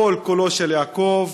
הקול קולו של יעקב,